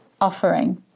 offering